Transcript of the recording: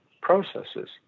processes